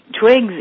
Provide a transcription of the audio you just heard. Twigs